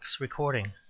recording